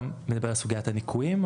אתה מדבר על סוגיית הליקויים?